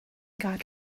got